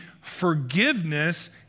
forgiveness